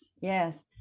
yes